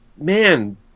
man